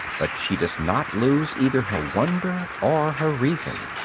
but she does not lose either her wonder or her reason.